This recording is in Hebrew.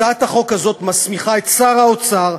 הצעת החוק הזאת מסמיכה את שר האוצר,